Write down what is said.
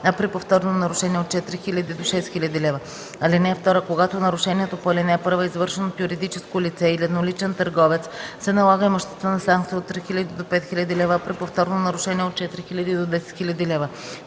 при повторно нарушение – от 4000 до 6000 лв. (2) Когато нарушението по ал. 1 е извършено от юридическо лице или едноличен търговец, се налага имуществена санкция от 3000 до 5000 лв., а при повторно нарушение – от 4000 до 10 000 лв.